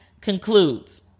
concludes